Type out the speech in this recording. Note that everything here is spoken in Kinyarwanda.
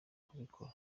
kubikora